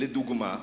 לדוגמה,